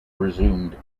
resumed